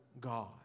God